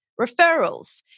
referrals